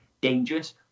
dangerous